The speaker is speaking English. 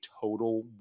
total